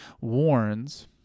warns